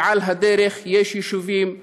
ועל הדרך יש יישובים,